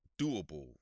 doable